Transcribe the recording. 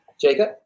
Jacob